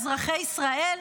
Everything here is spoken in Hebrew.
אזרחי ישראל.